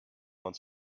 uns